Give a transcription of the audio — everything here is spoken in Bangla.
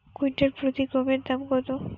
কুইন্টাল প্রতি গমের দাম কত?